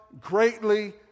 greatly